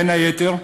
בין היתר,